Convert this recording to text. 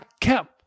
kept